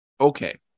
Okay